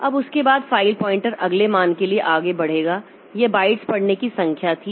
अब उसके बाद फ़ाइल पॉइंटर अगले मान के लिए आगे बढ़ेगा यह बाइट्स पढ़ने की संख्या थी